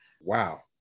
Wow